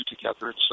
together